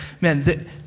man